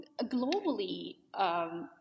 globally